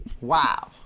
Wow